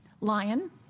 Lion